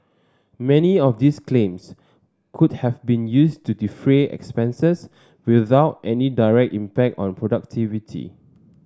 many of these claims could have been used to defray expenses without any direct impact on productivity